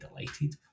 delighted